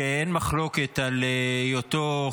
שאין מחלוקת וגם לא טוענים כלפיו שרצה להעביר